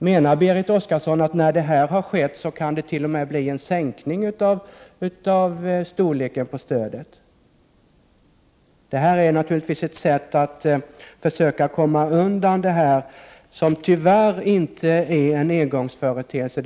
Menar Berit Oscarsson att när detta har skett kan det t.o.m. bli fråga om en sänkning av stödet? Det här är naturligtvis ett sätt att försöka komma undan det hela, något som tyvärr inte är någon engångsföreteelse.